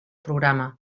programa